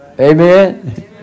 Amen